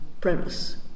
premise